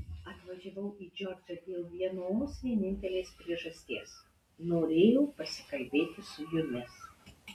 atvažiavau į džordžą dėl vienos vienintelės priežasties norėjau pasikalbėti su jumis